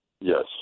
Yes